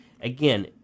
Again